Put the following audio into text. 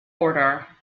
order